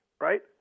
right